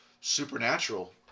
supernatural